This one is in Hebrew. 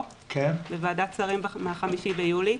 בוועדת שרים מה-5 ביולי,